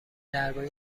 درباره